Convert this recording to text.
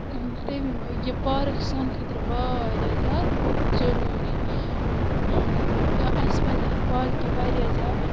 تٔمۍ یہِ پارٕک چھِ سانہِ خٲطرٕ واریاہ زیادٕ ضٔروٗری اَسہِ پَزِ اَتھ پارکہِ واریاہ زیادٕ